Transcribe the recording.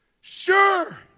Sure